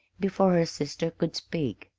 before her sister could speak,